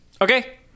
Okay